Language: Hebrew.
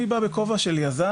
אני בא בכובע של יזם,